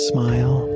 Smile